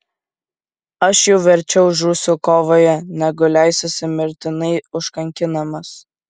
aš jau verčiau žūsiu kovoje negu leisiuosi mirtinai užkankinamas